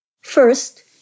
First